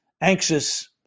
anxious